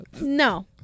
No